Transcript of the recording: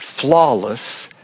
flawless